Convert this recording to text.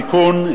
(תיקון,